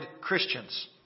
Christians